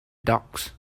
docs